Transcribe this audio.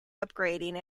upgrading